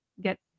get